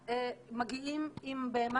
כשמגיעים עם בהמה